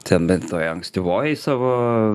ten bet toj ankstyvoj savo